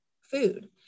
food